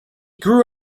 grew